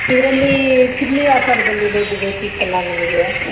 ಇದರಲ್ಲಿ ಸುರುಳಿ ಆಕಾರದಲ್ಲಿರೋದು ಬೇಕಿತ್ತಲ್ಲಾ ನನಗೆ